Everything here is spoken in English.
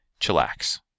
Chillax